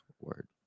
word